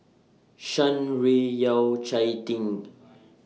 Shan Rui Yao Cai